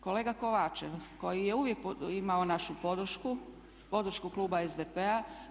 Kolega Kovačev, koji je uvijek imao našu podršku, podršku kluba SDP-a.